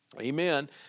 Amen